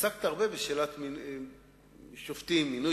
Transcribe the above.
הוועדה למינוי